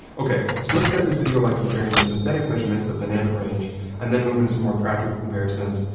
okay, so let's start this video by comparing the synthetic measurements of dynamic range and then move into some more practical comparisons,